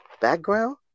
background